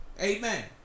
Amen